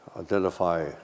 identify